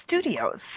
Studios